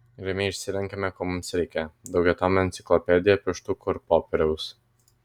ramiai išsirenkame ko mums reikia daugiatomę enciklopediją pieštukų ir popieriaus